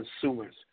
consumers